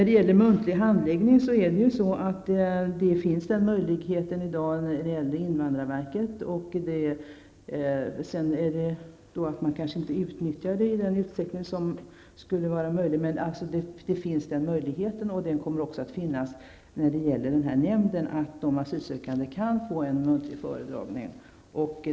Det finns i dag möjlighet till muntlig handläggning när det gäller invandrarverket. Men möjligheten kanske inte utnyttjas så mycket. Även när det gäller denna nämnd kommer de asylsökande att ha möjlighet till en muntlig föredragning.